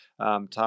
Tom